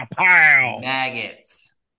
Maggots